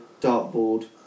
dartboard